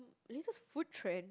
latest food trend